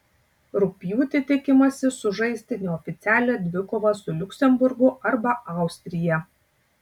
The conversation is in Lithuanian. rugpjūtį tikimasi sužaisti neoficialią dvikovą su liuksemburgu arba austrija